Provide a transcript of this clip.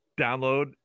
download